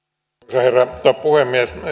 herra puhemies